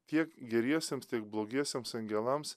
tiek geriesiems tiek blogiesiems angelams